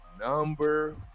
number